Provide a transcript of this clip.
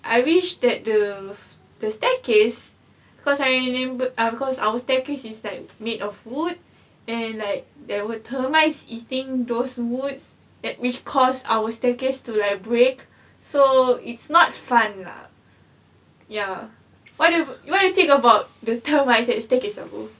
I wish that the the staircase cause I remember because our staircase is like made of wood and like there were termites eating those woods that which cause our staircase to like break so it's not fun lah ya why do you why do you think about the termites at the staircase abu